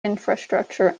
infrastructure